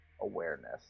Awareness